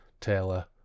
Taylor